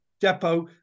depot